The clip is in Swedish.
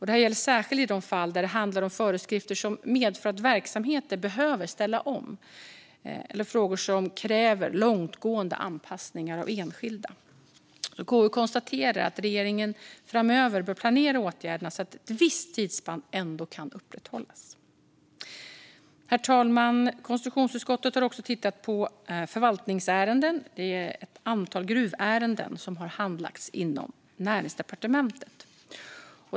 Det gäller särskilt i de fall det handlar om föreskrifter som medför att verksamheter behöver ställa om eller som kräver långtgående anpassningar av enskilda. KU konstaterar att regeringen framöver bör planera åtgärderna så att ett visst tidsspann ändå kan upprätthållas. Herr talman! Konstitutionsutskottet har också tittat på förvaltningsärenden. Det är ett antal gruvärenden som har handlagts inom Näringsdepartementet.